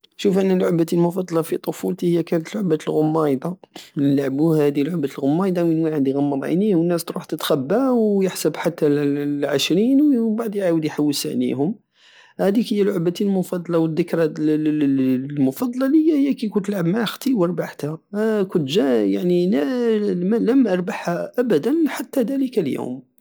شوف انا لعبتي المفضلة في طوفولتي هي كانت لعبة الغمايضة نلعبو هادي لعبة الغمايضة ووين واحد يغمض عينيه والناس تروح تتخبة ويحسب حتى العشرين ومبعد يعاود يحوس عليهم هديك هي لعبتي المفضلة والدكرى الترد. المفضلة لية هي كي كنت نلعب مع ختي وربحتها كنت جا- تردد. يعني لم اربحها ابدا حتى دلك اليوم